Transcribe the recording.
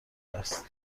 است